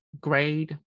grade